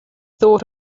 thought